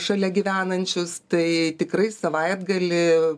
šalia gyvenančius tai tikrai savaitgalį